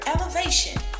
elevation